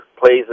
plays